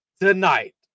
tonight